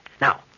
Now